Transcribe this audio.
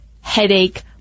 headache